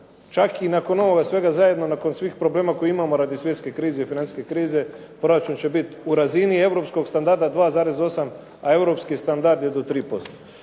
Čak i nakon ovog svega zajedno, nakon svih problema koje imamo radi svjetske i financijske krize, proračun će biti u razini europskog standarda 2,8, a europski standard je do 3%.